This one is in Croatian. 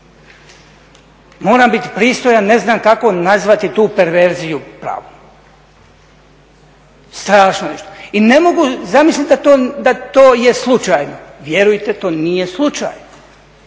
Moram biti pristojan, ne znam kako nazvati tu perverziju pravu. Strašno nešto! I ne mogu zamisliti da to jest slučajno. Vjerujte to nije slučajno